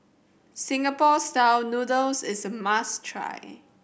Singapore Style Noodles is a must try